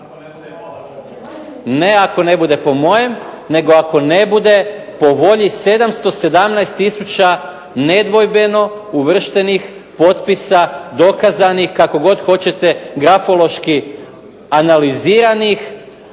Ne ako ne bude po mojem, nego ako ne bude po volji 717 tisuća nedvojbeno uvrštenih potpisa, dokazanih, kako god hoćete grafološki analiziranih,